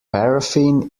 paraffin